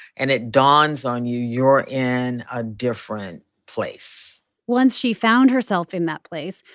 and it dawns on you you're in a different place once she found herself in that place,